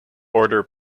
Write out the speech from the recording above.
order